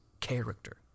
character